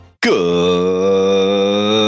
Good